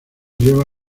lleva